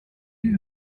you